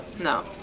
No